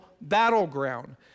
battleground